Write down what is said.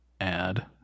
Add